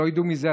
לא ידעו מזה,